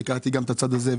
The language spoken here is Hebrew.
גם את הצד הזה,